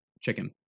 chicken